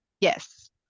yes